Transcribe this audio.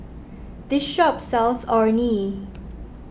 this shop sells Orh Nee